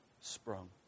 sprung